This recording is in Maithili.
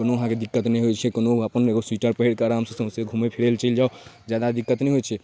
कोनो अहाँकेँ दिक्कत नहि होइ छै कोनो अपन एगो स्वीटर पहिर कऽ आरामसँ सौसे घुमय फिरय लए चलि जाउ जादा दिक्कत नहि होइ छै